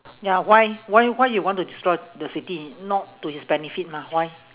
ya why why why you want to destroy the city not to his benefit mah why